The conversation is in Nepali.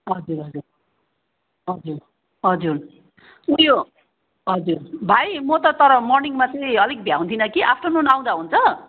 हजुर हजुर हजुर हजुर उयो हजुर भाइ म त तर मर्निङमा चाहिँ अलिक भ्याउँदिनँ कि आफ्टरनुन आउँदा हुन्छ